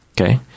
Okay